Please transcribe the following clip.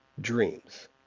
dreams